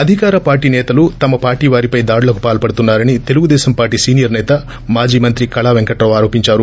అధికార పార్టీ సేతలు తమ పార్టీ వారిపై దాడులకు పాల్పడుతున్నా రని తెలుగుదేశం పార్షీ సీనియర్ సేత మాజీ మంత్రి కళా పెంకట్రావు ఆరోపించారు